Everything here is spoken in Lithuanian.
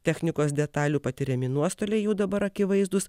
technikos detalių patiriami nuostoliai jau dabar akivaizdūs